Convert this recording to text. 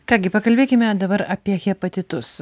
ką gi pakalbėkime dabar apie hepatitus